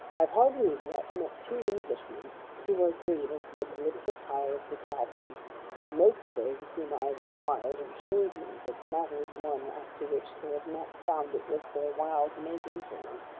i have hardly as yet met two englishmen who were agreed as to the political power of the sovereign and most of those of whom i have enquired have assured me that the matter is one as to which they have not found it worth their while to make inquiry.